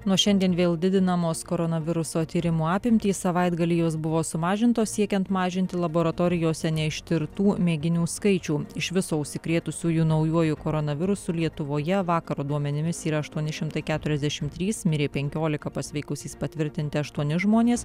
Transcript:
nuo šiandien vėl didinamos koronaviruso tyrimų apimtys savaitgalį jos buvo sumažintos siekiant mažinti laboratorijose neištirtų mėginių skaičių iš viso užsikrėtusiųjų naujuoju koronavirusu lietuvoje vakaro duomenimis yra aštuoni šimtai keturiasdešim trys mirė penkiolika pasveikusiais patvirtinti aštuoni žmonės